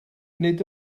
nid